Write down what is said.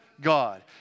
God